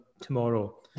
tomorrow